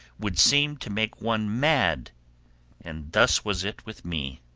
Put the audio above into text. would seem to make one mad and thus was it with me.